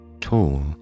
tall